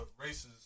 races